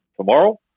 tomorrow